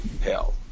hell